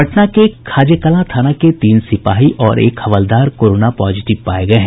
पटना के खाजेकलां थाना के तीन सिपाही और एक हवलदार कोरोना पॉजिटिव पाये गये हैं